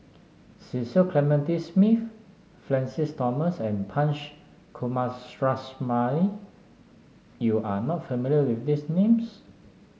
Cecil Clementi Smith Francis Thomas and Punch Coomaraswamy you are not familiar with these names